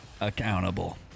accountable